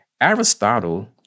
Aristotle